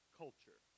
culture